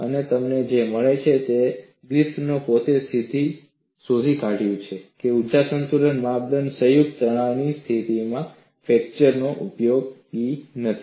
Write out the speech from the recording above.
અને તમને જે મળે છે તે છે ગ્રિફિથે પોતે શોધી કા્યું છે કે ઊર્જા સંતુલન માપદંડ સંયુક્ત તણાવની સ્થિતિમાં ફ્રેક્ચર માટે ઉપયોગી નથી